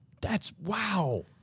That's—wow